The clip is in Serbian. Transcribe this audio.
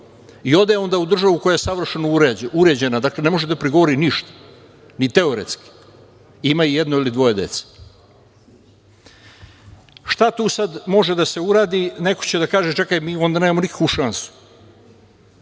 onda ode u državu koja je savršeno uređena, dakle ne može da prigovori ništa. Ni teoretski, ima jedno ili dvoje dece. Šta tu sada može da se uradi? Neko će da kaže, čekaj, mi tu nemamo nikakvu šansu.